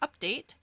update